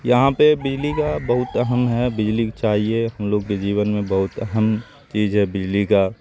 یہاں پہ بجلی کا بہت اہم ہے بجلی چاہیے ہم لوگ کی جیون میں بہت اہم چیز ہے بجلی کا